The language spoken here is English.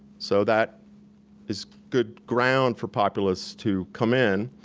so that is good ground for populists to come in,